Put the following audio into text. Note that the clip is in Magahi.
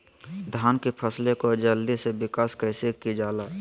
धान की फसलें को जल्दी से विकास कैसी कि जाला?